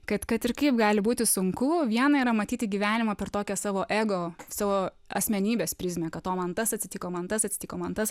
kad kad ir kaip gali būti sunku viena yra matyti gyvenimą per tokią savo ego savo asmenybės prizmę kad o man tas atsitiko man tas atsitiko man tas